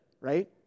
right